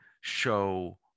show